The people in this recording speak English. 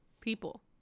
people